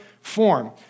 form